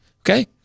Okay